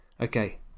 Okay